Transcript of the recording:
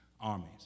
armies